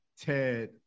Ted